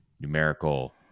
numerical